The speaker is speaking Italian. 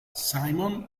simon